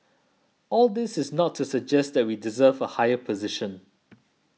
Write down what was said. all this is not to suggest that we deserve a higher position